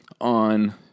on